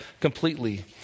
completely